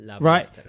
right